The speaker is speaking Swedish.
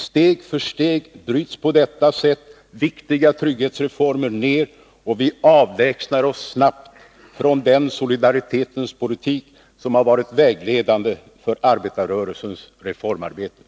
Steg för steg bryts på detta sätt viktiga trygghetsreformer ned, och vi avlägsnar oss snabbt från den solidaritetens politik som har varit vägledande för arbetarrörelsens reformarbete.